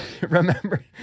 remember